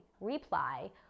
reply